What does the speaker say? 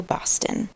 Boston